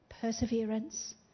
perseverance